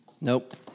Nope